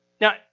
Now